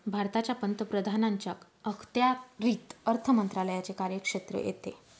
भारताच्या पंतप्रधानांच्या अखत्यारीत अर्थ मंत्रालयाचे कार्यक्षेत्र येते